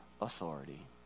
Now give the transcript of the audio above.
authority